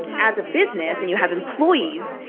as a business, and you have employees,